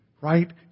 right